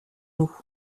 nous